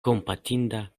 kompatinda